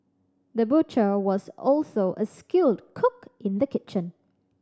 the butcher was also a skilled cook in the kitchen